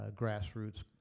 grassroots